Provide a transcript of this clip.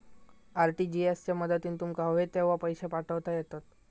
RTGS च्या मदतीन तुमका हवे तेव्हा पैशे पाठवता येतत